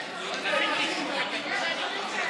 תוציאו אותו.